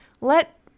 let